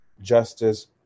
justice